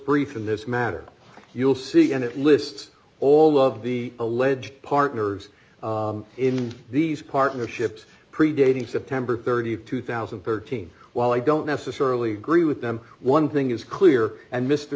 brief in this matter you'll see and it lists all of the alleged partners in these partnerships predating september th two thousand and thirteen while i don't necessarily agree with them one thing is clear and mr